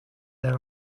there